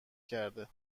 کرده